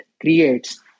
creates